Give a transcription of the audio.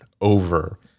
over